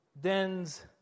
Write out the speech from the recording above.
Dens